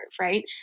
right